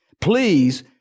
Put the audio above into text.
please